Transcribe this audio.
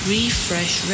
Refresh